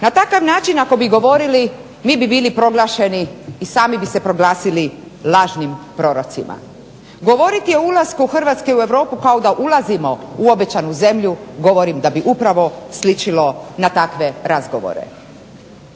Na takav način ako bi govorili mi bi bili proglašeni i sami bi se proglasili lažnim prorocima. Govoriti o ulasku Hrvatske u Europu kao da ulazimo u Obećanu zemlju govorim da bi upravo sličilo na takve razgovore.